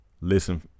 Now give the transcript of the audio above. listen